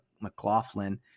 McLaughlin